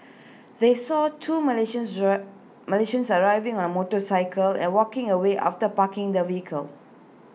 they saw two Malaysians Malaysians arriving on A motorcycle and walking away after parking the vehicle